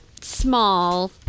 small